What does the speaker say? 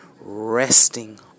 resting